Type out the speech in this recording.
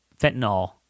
fentanyl